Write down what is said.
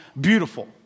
beautiful